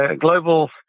global